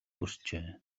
хүрчээ